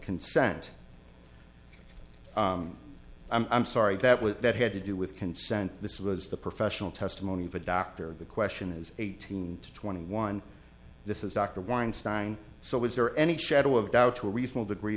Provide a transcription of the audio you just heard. consent i'm sorry that was that had to do with consent this was the professional testimony of a doctor the question is eighteen to twenty one this is dr weinstein so is there any shadow of doubt to a reasonable degree